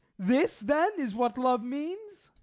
this then is what love means?